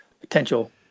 potential